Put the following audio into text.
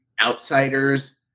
outsiders